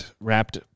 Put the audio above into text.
Wrapped